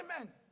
amen